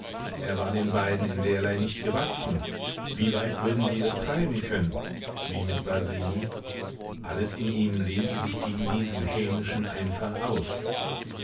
er war den beiden in derlei nicht gewachsen wie weit würden sie es treiben können wie mit basini alles in ihm lehnte sich gegen diesen hämischen einfall auf